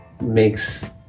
makes